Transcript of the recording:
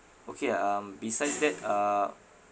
okay ah um besides that uh